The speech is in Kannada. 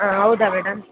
ಹಾಂ ಹೌದಾ ಮೇಡಮ್